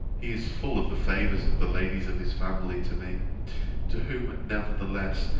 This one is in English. he is full of the favours of the ladies of his family to me to whom, nevertheless,